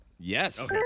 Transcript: Yes